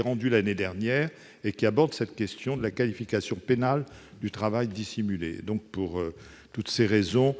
rendu l'année dernière, et qui aborde la question de la qualification pénale du travail dissimulé. Pour toutes ces raisons,